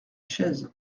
chaise